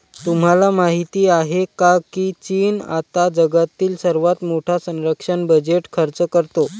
तुम्हाला माहिती आहे का की चीन आता जगातील सर्वात मोठा संरक्षण बजेट खर्च करतो?